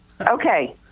okay